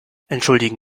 entschuldigen